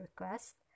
request